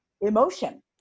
emotion